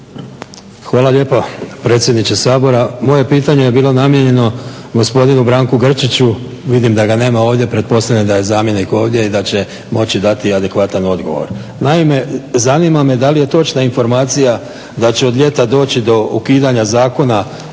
Hvala lijepa predsjedniče Sabora. Moje pitanje je bilo namijenjeno gospodinu Branku Grčiću, vidim da ga nema ovdje pretpostavljam da je zamjenik ovdje i da će moći dati adekvatan odgovor. Naime, zanima me da li je točna informacija da će od ljeta doći do ukidanja Zakona